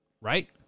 Right